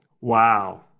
Wow